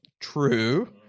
True